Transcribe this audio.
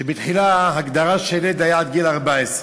שבתחילה הגדרה של ילד הייתה עד גיל 14,